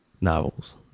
novels